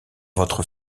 votre